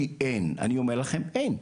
כי אין, אני אומר לכם אין.